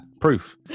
Proof